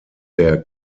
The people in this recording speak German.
der